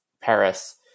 Paris